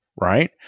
Right